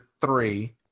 three